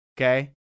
okay